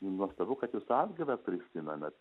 nuostabu kad jūs atgaivą prisimenat